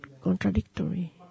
contradictory